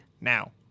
now